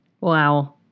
Wow